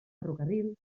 ferrocarril